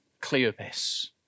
Cleopas